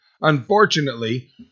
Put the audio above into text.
unfortunately